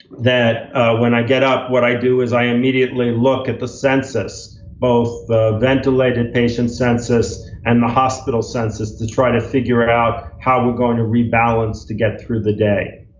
that when i get up what i do is i immediately look at the census, both the ventilated patient census and the hospital census to try to figure out how we're going to rebalance to get through the day.